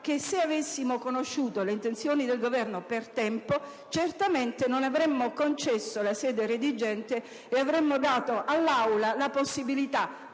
che, se avessimo conosciuto le intenzioni del Governo per tempo, certamente non avremmo concesso la sede redigente ed avremmo dato all'Aula la possibilità